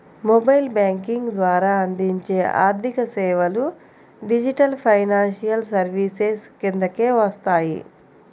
mobile banking ద్వారా అందించే ఆర్థికసేవలు డిజిటల్ ఫైనాన్షియల్ సర్వీసెస్ కిందకే వస్తాయి